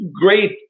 great